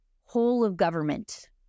whole-of-government